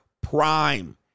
prime